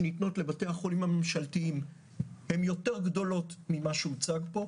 שניתנות לבתי החולים הממשלתיים הן יותר גדולות ממה שהוצג פה.